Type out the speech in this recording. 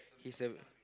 he's a